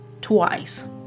twice